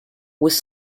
was